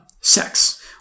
sex